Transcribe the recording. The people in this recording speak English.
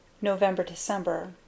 November-December